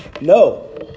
no